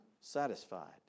satisfied